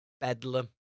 bedlam